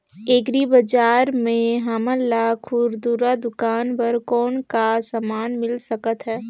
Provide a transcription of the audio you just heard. Agri बजार म हमन ला खुरदुरा दुकान बर कौन का समान मिल सकत हे?